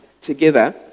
together